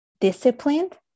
disciplined